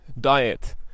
diet